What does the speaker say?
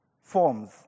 forms